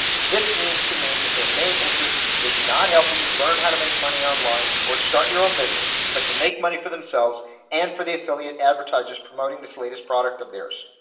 this means to me that their main interest is not helping you learn how to make money on line or start your own business, but to make money for themselves and for the affiliate advertisers promoting this latest product of theirs.